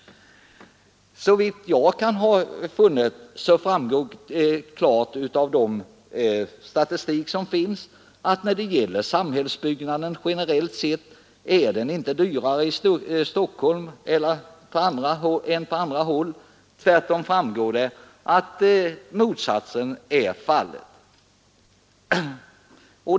Såvitt jag har funnit framgår klart av den statistik som finns att samhällsbyggnaden generellt sett inte är dyrare i Stockholm än på andra håll — tvärtom framgår det att motsatsen är fallet.